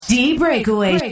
D-Breakaway